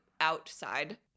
outside